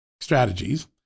Strategies